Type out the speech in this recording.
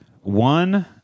One